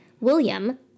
William